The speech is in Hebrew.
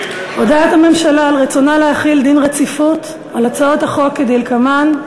הודעת הממשלה על רצונה להחיל דין רציפות על הצעות החוק כדלקמן: